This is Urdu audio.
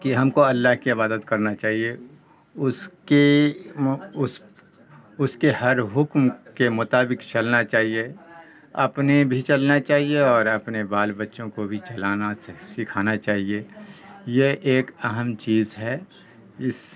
کہ ہم کو اللہ کی عبادت کرنا چاہیے اس کے اس اس کے ہر حکم کے مطابق چلنا چاہیے اپنے بھی چلنا چاہیے اور اپنے بال بچوں کو بھی چلانا سکھانا چاہیے یہ ایک اہم چیز ہے اس